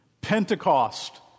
Pentecost